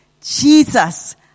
Jesus